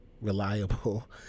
reliable